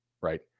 right